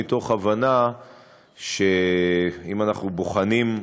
מתוך הבנה שאם אנחנו בוחנים,